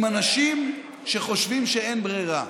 עם אנשים שחושבים שאין ברירה,